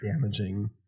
damaging